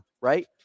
right